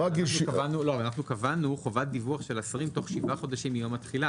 אנחנו קבענו חובת דיווח של השרים תוך שבעה חודשים מיום התחילה.